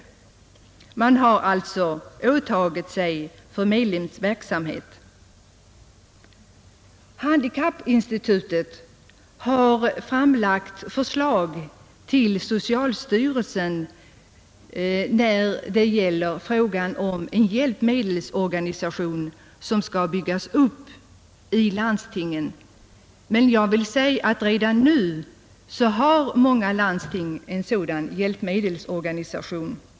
Man har alltså åtagit sig ansvaret för en förmedlingsverksamhet. Handikappinstitutet har framlagt förslag till socialstyrelsen i fråga om en hjälpmedelsorganisation som skall byggas upp i landstingen, men redan pågår inom många landsting en uppbyggnad av en sådan hjälpmedelsorganisation.